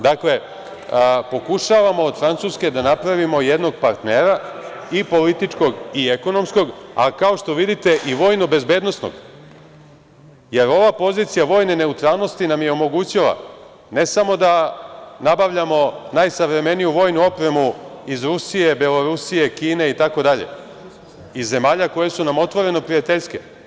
Dakle, pokušavamo od Francuske da napravimo jednog partnera i političkog i ekonomskog, a kao što vidite i vojno-bezbednosnog, jer ova pozicija vojne neutralnosti nam je omogućila ne samo da nabavljamo najsavremeniju vojnu opremu iz Rusije, Belorusije, Kine itd, iz zemalja koje su nam otvoreno prijateljske.